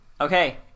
Okay